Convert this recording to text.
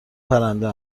پرنده